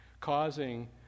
causing